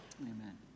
Amen